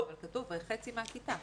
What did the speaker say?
כתוב חצי מהכיתה.